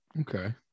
Okay